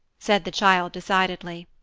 said the child decidedly.